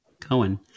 Cohen